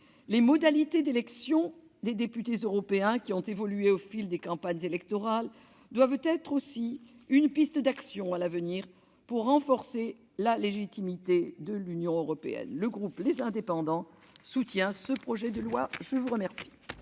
Les modalités d'élection des députés européens, qui ont évolué au fil des campagnes électorales, doivent être aussi une piste d'action à l'avenir pour renforcer la légitimité de l'Union européenne. Le groupe Les Indépendants soutient ce projet de loi. La parole